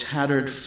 Tattered